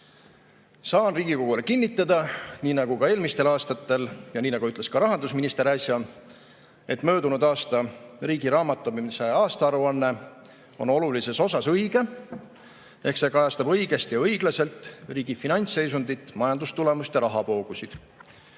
Saan Riigikogule kinnitada – nii nagu ka eelmistel aastatel ja nii nagu ütles äsja ka rahandusminister –, et möödunud aasta riigi raamatupidamise aastaaruanne on olulises osas õige ehk see kajastab õigesti ja õiglaselt riigi finantsseisundit, majandustulemust ja rahavoogusid.